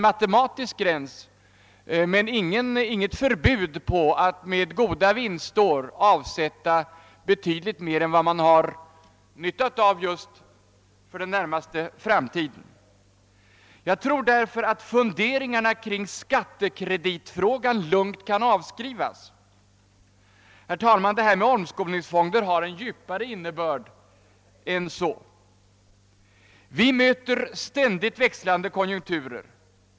Jag tror därför att funderingarna kring skattekreditfrågan lugnt kan avskrivas. Herr talman! Jag tror att frågan om omskolningsfonder har en djupare innebörd. Vi möter ständigt växlande konjunkturer.